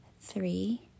three